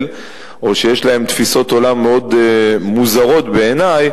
או שיש להם תפיסות עולם מאוד מוזרות בעיני,